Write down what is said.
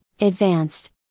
Advanced